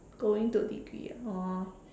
going to degree ah oh